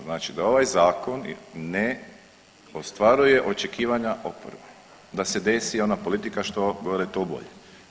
Znači da ovaj zakon ne ostvaruje očekivanja oporbe da se desi ona politika što gore to bolje.